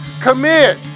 Commit